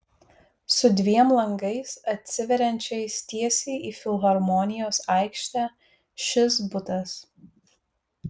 su dviem langais atsiveriančiais tiesiai į filharmonijos aikštę šis butas